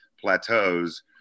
plateaus